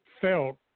felt